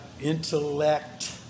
intellect